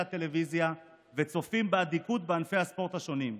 הטלוויזיה וצופים באדיקות בענפי הספורט השונים.